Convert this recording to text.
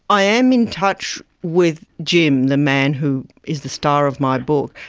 i am in touch with jim, the man who is the star of my book,